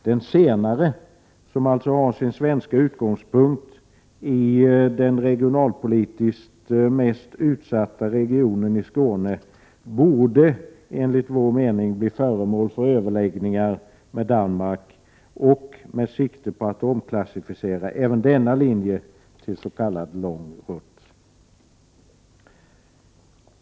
Den senare, som från svensk utgångspunkt regionalpolitiskt är den mest utsatta regionen i Skåne, borde enligt vår mening bli föremål för överläggningar med Danmark, med sikte på att omklassificera även denna linje tills.k. långrutt.